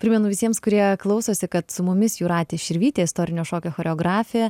primenu visiems kurie klausosi kad su mumis jūratė širvytė istorinio šokio choreografė